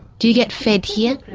do you get fed here?